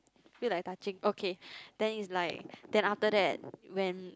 feel like touching okay then is like then after that when